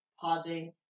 pausing